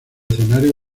escenarios